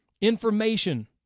Information